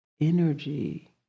energy